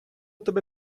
тебе